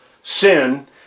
Sin